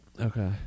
Okay